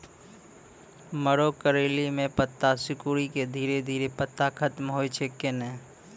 मरो करैली म पत्ता सिकुड़ी के धीरे धीरे पत्ता खत्म होय छै कैनै?